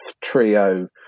trio